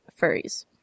furries